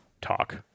talk